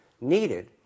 needed